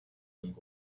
and